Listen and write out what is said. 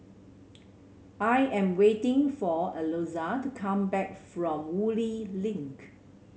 I am waiting for Alonza to come back from Woodleigh Link